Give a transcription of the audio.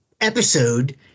episode